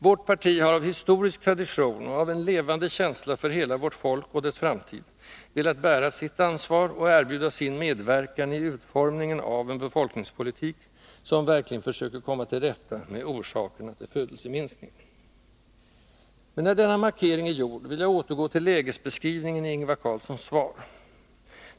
Vårt parti har av historisk tradition och av en levande känsla för hela vårt folk och dess framtid velat bära sitt ansvar och erbjuda sin medverkan i utformningen av en befolkningspolitik som verkligen försöker komma till rätta med orsakerna till födelseminskningen. Men när denna markering är gjord, vill jag återgå till lägesbeskrivningen i Ingvar Carlssons svar.